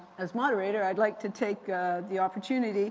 as moderator, i'd like to take the opportunity